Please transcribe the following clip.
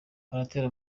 baratera